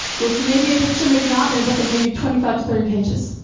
with maybe a picture, maybe not, in a book of maybe twenty five to thirty pages.